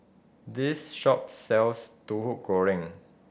this shop sells Tahu Goreng